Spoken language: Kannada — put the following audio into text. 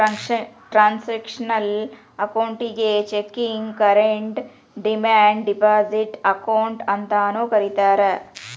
ಟ್ರಾನ್ಸಾಕ್ಷನಲ್ ಅಕೌಂಟಿಗಿ checking current demand deposit account ಅಂತಾನೂ ಕರಿತಾರಾ